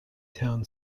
town